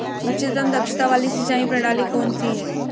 उच्चतम दक्षता वाली सिंचाई प्रणाली कौन सी है?